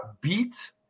beat